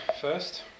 first